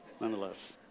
nonetheless